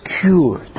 cured